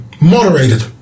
moderated